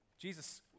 Jesus